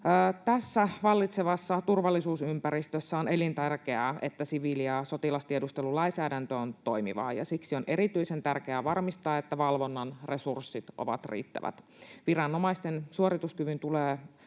Tässä vallitsevassa turvallisuusympäristössä on elintärkeää, että siviili- ja sotilastiedustelulainsäädäntö on toimivaa, ja siksi on erityisen tärkeää varmistaa, että valvonnan resurssit ovat riittävät. Viranomaisten suorituskyvyn tulee